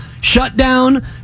shutdown